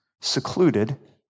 secluded